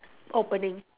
opening